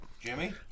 Jimmy